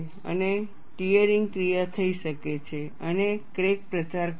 અને ટીયરિંગ ક્રિયા થઈ શકે છે અને ક્રેક પ્રચાર કરશે